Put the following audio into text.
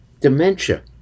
dementia